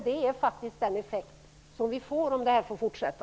Det är faktiskt den effekt som vi får om detta får fortsätta.